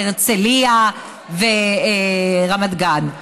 הרצליה ורמת גן.